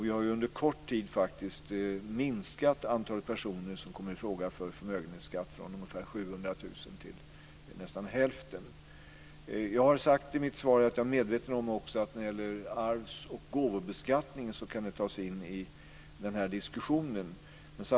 Vi har under kort tid faktiskt minskat antalet personer som kommer i fråga för förmögenhetsskatt från ungefär 700 000 till nästan hälften. Jag har i mitt svar sagt att jag också är medveten om att arvs och gåvobeskattningen kan tas in i den här diskussionen.